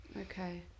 Okay